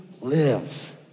live